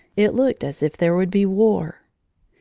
it looked as if there would be war.